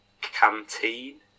Canteen